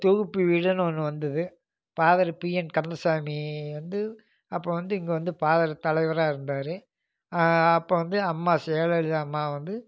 தொகுப்பு வீடுன்னு ஒன்று வந்தது பாதரு பி என் கந்தசாமி வந்து அப்போ வந்து இங்கே வந்து பாதர் தலைவராக இருந்தார் அப்போ வந்து அம்மா செயலலிதா அம்மா வந்து